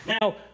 Now